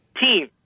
team